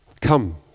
Come